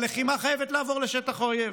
הלחימה חייבת לעבור לשטח האויב,